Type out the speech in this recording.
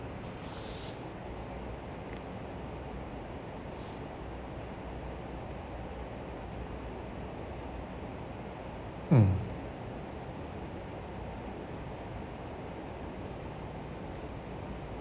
mm